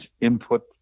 input